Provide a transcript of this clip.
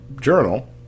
journal